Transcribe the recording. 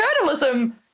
journalism